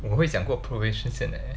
我会想过 probation 先 eh